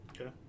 Okay